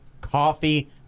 coffee